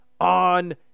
on